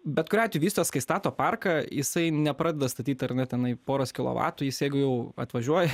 bet kuriu atveju vystojas kai stato parką jisai nepradeda statyt ar ne tenai poros kilovatų is jeigu jau atvažiuoja